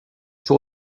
sur